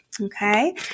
Okay